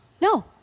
No